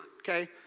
Okay